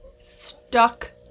stuck